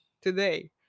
today